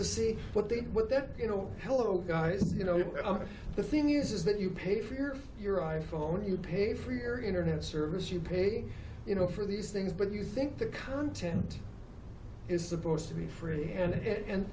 the sea what they did with that you know hello guys you know the thing is is that you paid for your your i phone you pay for your internet service you pay you know for these things but you think the content is supposed to be free and